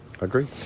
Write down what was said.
Agree